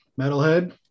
Metalhead